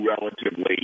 relatively